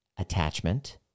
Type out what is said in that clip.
Attachment